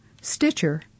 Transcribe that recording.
Stitcher